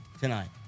tonight